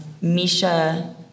Misha